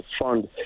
fund